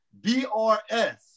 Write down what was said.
BRS